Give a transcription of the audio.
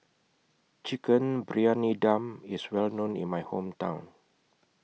Chicken Briyani Dum IS Well known in My Hometown